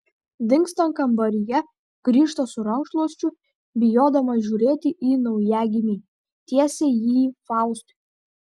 dingsta kambaryje grįžta su rankšluosčiu bijodama žiūrėti į naujagimį tiesia jį faustui